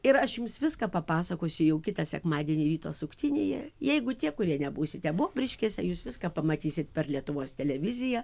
ir aš jums viską papasakosiu jau kitą sekmadienį ryto suktinyje jeigu tie kurie nebūsite bobriškėse jūs viską pamatysit per lietuvos televiziją